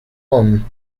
own